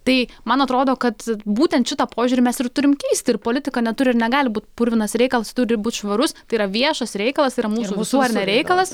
tai man atrodo kad būtent šitą požiūrį mes ir turim keisti ir politika neturi ir negali būti purvinas reikalas turi būti švarus tai yra viešas reikalas yra mūsų ar ne reikalas